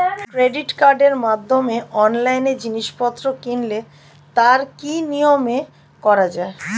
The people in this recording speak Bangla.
ক্রেডিট কার্ডের মাধ্যমে অনলাইনে জিনিসপত্র কিনলে তার কি নিয়মে করা যায়?